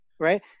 right